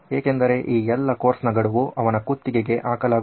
ಏಕೆಂದರೆ ಈ ಎಲ್ಲಾ ಕೋರ್ಸ್ನ ಗಡುವು ಅವನ ಕುತ್ತಿಗೆ ಹಾಕಲಾಗುತ್ತದೆ